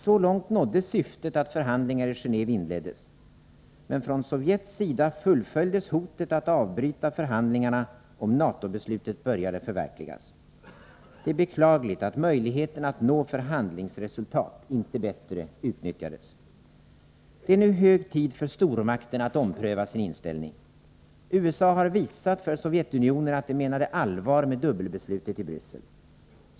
Så långt nåddes syftet att förhandlingar i Genåve inleddes. Men från Sovjets sida fullföljdes hotet att avbryta förhandlingarna om NATO-beslutet började förverkligas. Det är beklagligt att möjligheten att nå förhandlingsresultat inte bättre utnyttjades. Det är nu hög tid för stormakterna att ompröva sin inställning. USA har visat för Sovjetunionen att de menade allvar med dubbelbeslutet i Bryssel.